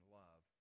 love